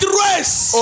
race